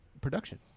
production